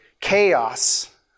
chaos